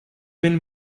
been